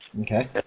Okay